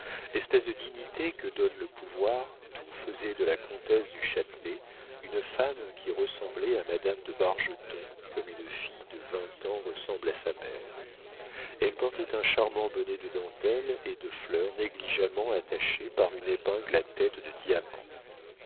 l'espèce de dignité que donne le pouvoir tout faisait de la comtesse du châtelet une femme qui ressemblait à madame de bargeton comme une fille de vingt ans ressemble à sa mère elle portait un charmant bonnet de dentelles et de fleurs négligemment attaché par une épingle à tête de diamant